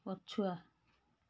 ପଛୁଆ